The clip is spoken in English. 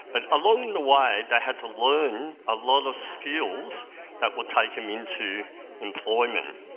but along the way they had to learn a lot of skills that would take them into employment.